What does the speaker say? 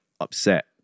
upset